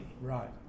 Right